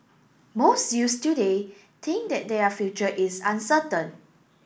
most youths today think that their future is uncertain